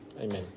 Amen